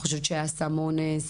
חושבת שהיה סם אונס.